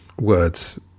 words